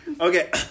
Okay